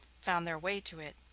found their way to it,